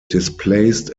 displaced